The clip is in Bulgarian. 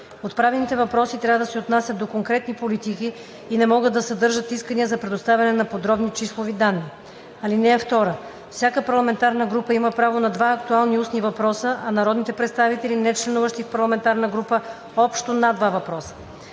Отправените въпроси трябва да се отнасят до конкретни политики и не могат да съдържат искания за предоставяне на подробни числови данни. (2) Всяка парламентарна група има право на два актуални устни въпроса, а народните представители, нечленуващи в парламентарна група – общо на два въпроса.